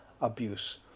abuse